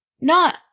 Not-